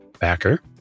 backer